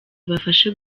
ibafashe